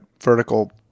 vertical